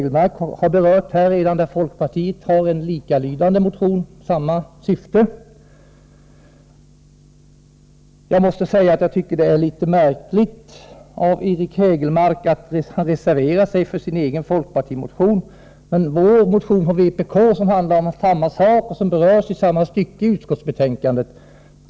Den har redan berörts av Eric Hägelmark. Folkpartiet har väckt en motion i samma syfte. Jag tycker dock att det är litet märkligt att Eric Hägelmark har reserverat sig till förmån för folkpartimotionen men inte har brytt sig om att ta upp vpk-motionen, som berör samma sak och som behandlats i samma stycke i utskottsbetänkandet.